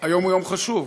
היום הוא יום חשוב.